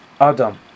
Adam